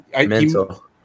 Mental